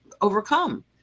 overcome